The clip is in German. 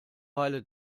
weile